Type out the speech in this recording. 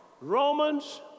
Romans